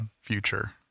future